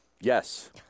Yes